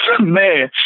Man